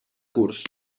curs